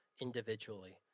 individually